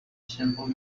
simple